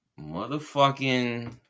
motherfucking